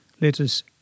letters